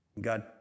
God